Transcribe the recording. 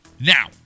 Now